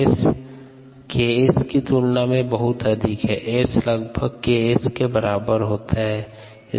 S Ks की तुलना में बहुत अधिक है S लगभग Ks के बराबर होता है